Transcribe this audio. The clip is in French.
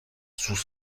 sous